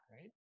right